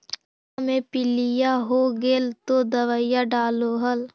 धनमा मे पीलिया हो गेल तो दबैया डालो हल?